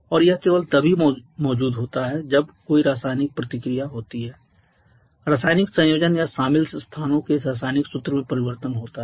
और यह केवल तभी मौजूद होता है जब कोई रासायनिक प्रतिक्रिया होती है रासायनिक संयोजन या शामिल स्थानों के रासायनिक सूत्र में परिवर्तन होता है